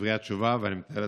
דברי התשובה, ואני מתאר לעצמי,